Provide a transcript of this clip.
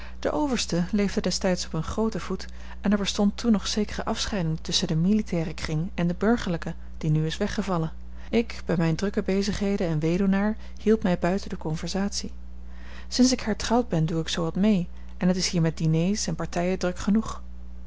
de overste leefde destijds op een grooten voet en er bestond toen nog zekere afscheiding tusschen den militairen kring en den burgerlijken die nu is weggevallen ik bij mijne drukke bezigheden en weduwnaar hield mij buiten de conversatie sinds ik hertrouwd ben doe ik zoo wat mee en t is hier met diners en partijen druk genoeg en